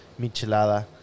michelada